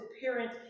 parent